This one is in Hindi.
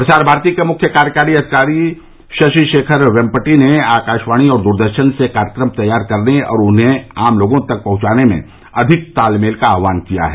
प्रसार भारती के मुख्य कार्यकारी अधिकारी शशि शेखर वेम्पति ने आकाशवाणी और दूरदर्शन से कार्यक्रम तैयार करने और उन्हें आम लोगों तक पहुंचाने में अधिक तालमेल का आह्वान किया है